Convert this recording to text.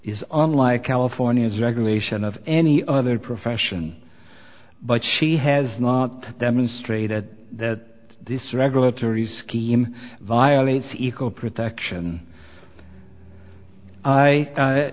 is on like california's regulation of any other profession but she has not demonstrated that this regulatory scheme violates the equal protection i i